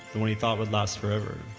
the one he thought would last forever.